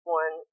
one